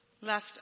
left